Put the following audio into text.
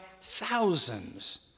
thousands